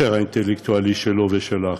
על היושר האינטלקטואלי שלו ושל האחרים.